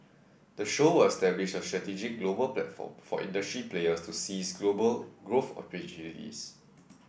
the show will establish a strategic global platform for industry players to seize global growth opportunities